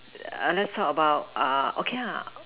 let's talk about okay